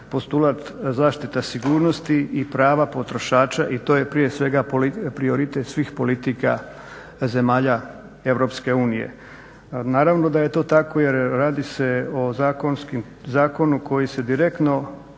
postulat zaštita sigurnosti i prava potrošača i to je prije svega prioritet svih politika zemalja Europske unije. Naravno da je to tako jer radi se o zakonu koji se direktno